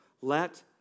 Let